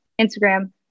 Instagram